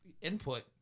input